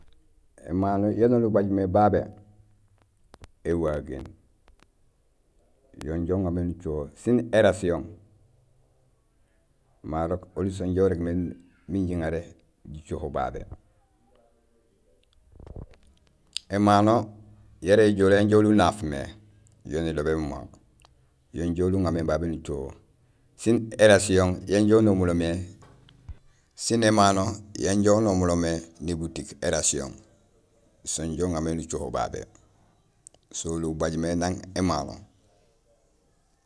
Émano yaan oli ubaj mé babé awagéén yo injo uŋa mé nucoho sin érasihon marok oli so injo urégmé miin jiŋaré jicoho babé. Émano yara éjoola yanja oli unaaf mé yo nilobé mama yo injo oli uŋa mé babé nucoho sin érasihon yanja unomulo mé sin émano yanja unomulo mé nébitik arasihon so inja uŋa mé nucoho babé. So oli ubaj mé nang émano.